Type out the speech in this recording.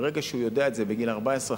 ברגע שהוא יודע את זה בגיל 14,